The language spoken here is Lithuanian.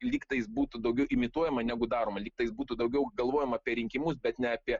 lyg tais būtų daugiau imituojama negu daroma lyg tais būtų daugiau galvojama apie rinkimus bet ne apie